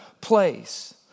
place